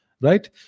right